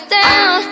down